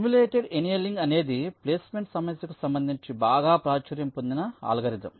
simulated annealing అనేది placement సమస్యకు సంబంధించి బాగా ప్రాచుర్యం పొందిన అల్గోరిథం